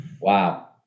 Wow